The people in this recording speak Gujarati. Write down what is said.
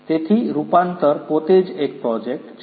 તેથી રૂપાંતર પોતે જ એક પ્રોજેક્ટ છે